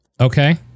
Okay